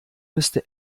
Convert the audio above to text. müsste